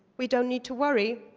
we don't need to worry,